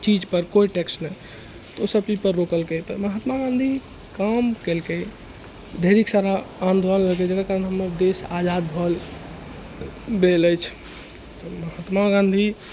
चीजपर कोइ टैक्स नहि तऽ ओसब चीजपर रोकलकै तऽ महात्मा गांधी काम केलकै ढ़ेरिक सारा आन्दोलन लेलकै जकर कारण हमर देश आजाद भेल अछि तऽ महात्मा गांधी